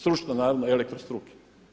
Stručne naravno elektrostruke.